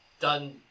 done